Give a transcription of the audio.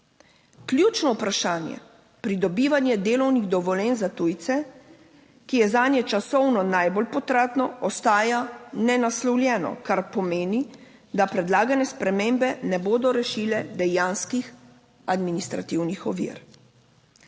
Ključno vprašanje pridobivanja delovnih dovoljenj za tujce, ki je zanje časovno najbolj potratno, ostaja nenaslovljeno, kar pomeni, da predlagane spremembe ne bodo rešile dejanskih administrativnih ovir.